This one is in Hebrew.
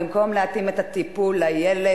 במקום להתאים את הטיפול לילד,